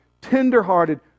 tenderhearted